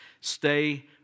Stay